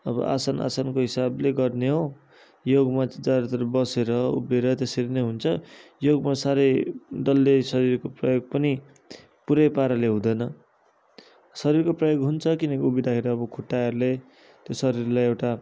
अब आसन आसनको हिसाबले गर्ने हो योगमा चाहिँ ज्यादातर बसेर उभिएर त्यसरी नै हुन्छ योगमा साह्रै डल्लै शरीरको प्रयोग पनि पुरा पाराले हुँदैन शरीरको प्रयोग हुन्छ किनकि उभिँदा खुट्टाहरूले त्यो शरीरलाई एउटा